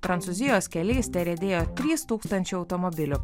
prancūzijos keliais riedėjo trys tūkstančiai automobilių